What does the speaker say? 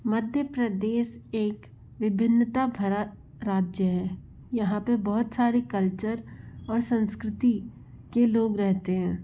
मध्य प्रदेश एक विभिन्नता भरा राज्य है यहाँ पर बहुत सारे कल्चर और संस्कृति के लोग रहते हैं